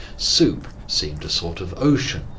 soup seemed a sort of ocean,